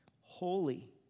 holy